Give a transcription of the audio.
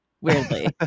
weirdly